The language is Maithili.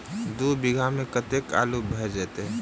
दु बीघा मे कतेक आलु भऽ जेतय?